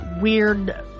weird